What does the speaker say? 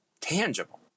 tangible